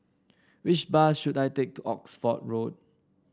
which bus should I take to Oxford Road